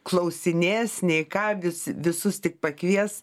klausinės nei ką vis visus tik pakvies